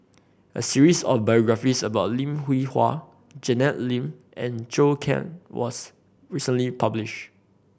a series of biographies about Lim Hwee Hua Janet Lim and Zhou Can was recently publish